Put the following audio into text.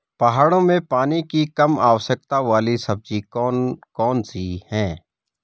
पहाड़ों में पानी की कम आवश्यकता वाली सब्जी कौन कौन सी हैं?